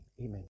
amen